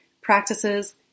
practices